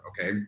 okay